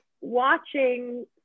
watching